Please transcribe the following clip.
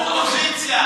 נתקבלה.